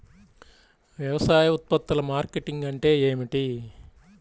వ్యవసాయ ఉత్పత్తుల మార్కెటింగ్ అంటే ఏమిటి?